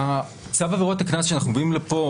צו עבירות הקנס שאנחנו מביאים לפה,